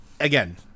Again